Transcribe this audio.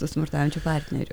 su smurtaujančiu partneriu